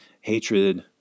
hatred